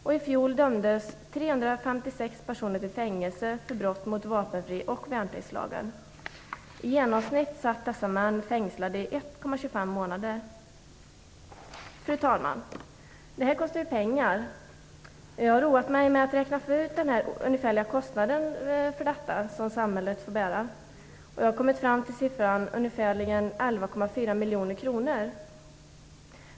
I fjol dömdes 356 personer till fängelse för brott mot vapenfri och värnpliktslagen. I genomsnitt satt dessa män fängslade i 1,25 månad. Fru talman! Det här kostar pengar. Jag har roat mig med att räkna ut den ungefärliga kostnaden för detta, som samhället får bära. Jag har kommit fram till en siffra på ca 11,4 miljoner kronor.